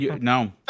no